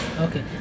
Okay